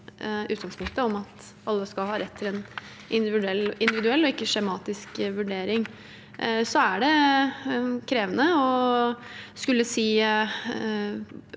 om at alle skal ha rett til en individuell og ikke skjematisk vurdering. Det er krevende å skulle si